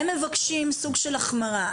הם מבקשים סוג של החמרה.